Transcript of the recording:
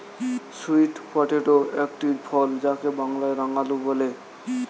sweet potato একটি ফল যাকে বাংলায় রাঙালু বলে